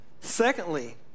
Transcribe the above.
Secondly